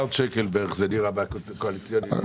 זה נראה בערך 3 מיליארד שקלים בהסכמים הקואליציוניים.